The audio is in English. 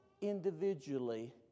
individually